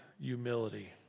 humility